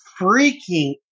freaking